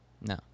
No